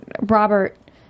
Robert